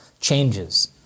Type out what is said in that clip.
changes